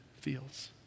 feels